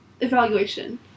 evaluation